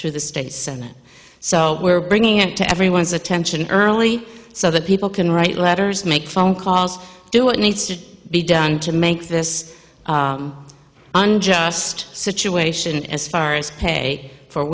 through the state senate so we're bringing it to everyone's attention early so that people can write letters make phone calls do what needs to be done to make this unjust situation as far as pay for